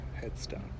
headstone